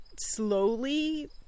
slowly